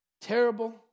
Terrible